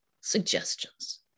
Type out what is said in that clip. suggestions